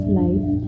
life